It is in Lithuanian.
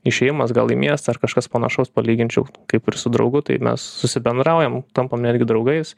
išėjimas gal į miestą ar kažkas panašaus palyginčiau kaip ir su draugu tai mes susibendraujam tampam netgi draugais